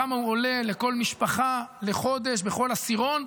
כמה הוא עולה לכל משפחה לחודש בכל עשירון,